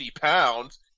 pounds